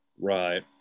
right